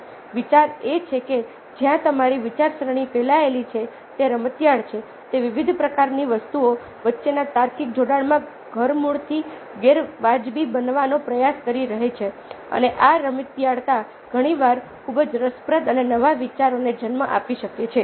વિચાર એ છે કે જ્યાં તમારી વિચારસરણી ફેલાયેલી છે તે રમતિયાળ છે તે વિવિધ પ્રકારની વસ્તુઓ વચ્ચેના તાર્કિક જોડાણમાં ધરમૂળથી ગેરવાજબી બનાવવાનો પ્રયાસ કરી રહી છે અને આ રમતિયાળતા ઘણી વાર ખૂબ જ રસપ્રદ અને નવા વિચારોને જન્મ આપી શકે છે